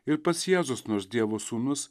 ir pats jėzus nors dievo sūnus